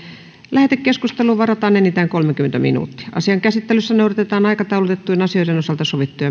lähetekeskusteluun varataan enintään kolmekymmentä minuuttia asian käsittelyssä noudatetaan aikataulutettujen asioiden osalta sovittuja